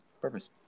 purpose